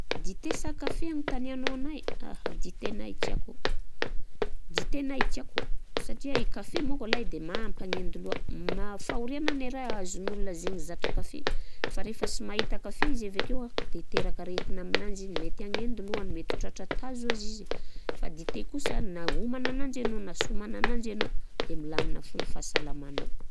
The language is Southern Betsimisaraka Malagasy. Dite sa kafe agnontanianao anahy? Aha! Dite anahy tiako, dite anahy tiako satria i kafe manko alay de mampagnendy loà, mah- fahoriagna ne raha azon'ny ôl zegny zatra kafe. Fa rehefa sy mahita kafe avekeo an de iteraka aretigna aminanjy igny, mety agnendy lohany, mety ho tratra tazo aza izy fa dite kosa na homana ananjy anao na sy homagna ananjy anao, de milamina fô fahasalamanao.